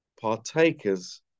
Partakers